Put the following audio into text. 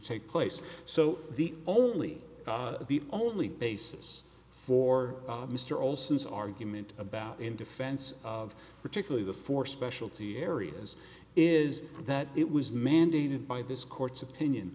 take place so the only the only basis for mr olson is argument about in defense of particularly the four specialty areas is that it was mandated by this court's opinion